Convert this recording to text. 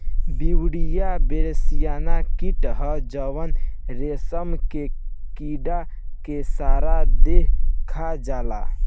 Beauveria bassiana कीट ह जवन रेशम के कीड़ा के सारा देह खा जाला